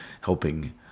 helping